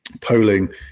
polling